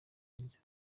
yagize